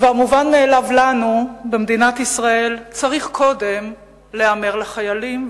והמובן מאליו לנו במדינת ישראל צריך קודם להיאמר לחיילים.